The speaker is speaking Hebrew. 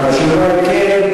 התשובה היא כן.